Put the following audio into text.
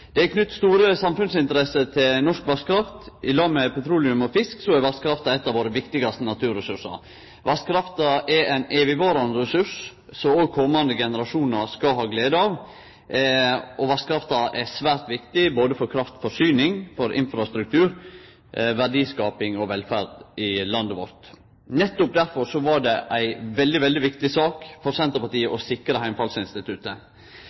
Det er knytt store samfunnsinteresser til norsk vasskraft. I lag med petroleum og fisk er vasskraft ein av våre viktigaste naturressursar. Vasskrafta er ein evigvarande ressurs, som òg kommande generasjonar skal ha glede av, og vasskrafta er svært viktig både for kraftforsyning, infrastruktur, verdiskaping og velferd i landet vårt. Nettopp derfor var det ei veldig, veldig viktig sak for Senterpartiet